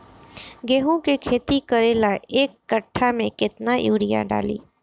गेहूं के खेती करे ला एक काठा में केतना युरीयाँ डाली?